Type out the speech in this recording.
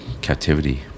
captivity